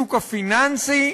בשוק הפיננסי,